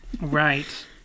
Right